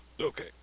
Okay